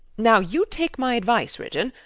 now you take my advice, ridgeon.